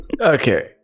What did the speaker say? Okay